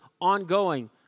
ongoing